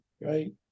Right